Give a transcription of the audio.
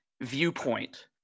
viewpoint